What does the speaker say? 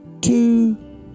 two